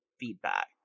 feedback